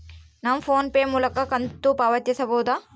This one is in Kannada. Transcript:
ನಾವು ಫೋನ್ ಪೇ ಮೂಲಕ ಕಂತು ಪಾವತಿಸಬಹುದಾ?